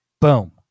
boom